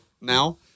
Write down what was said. now